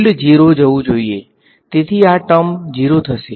field 0 જવું જોઈએ તેથી આ ટર્મ 0 થશે